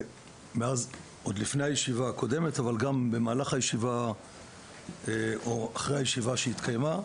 עוד לפני הישיבה הקודמת אבל גם במהלך הישיבה או אחרי הישיבה שהתקיימה,